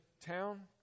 town